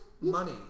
Money